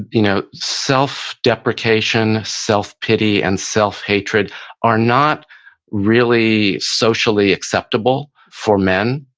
you know, self deprecation, self pity, and self hatred are not really socially acceptable for men.